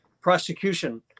prosecution